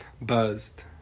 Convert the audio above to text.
buzzed